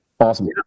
Awesome